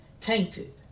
tainted